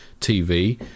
TV